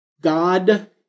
God